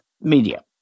media